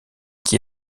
qui